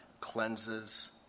cleanses